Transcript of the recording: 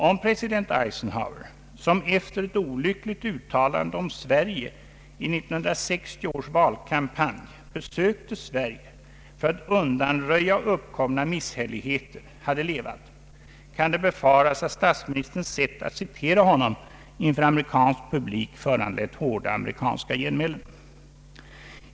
Om president Eisenhower, som efter ett olyckligt uttalande om Sverige i 1960 års valkampanj besökte Sverige för att undanröja uppkomna misshälligheter hade levat, kan det befaras att statsministerns sätt att citera honom inför amerikansk publik föranlett hårda amerikanska genmälen.